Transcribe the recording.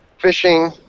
fishing